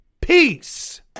Peace